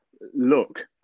look